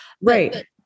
Right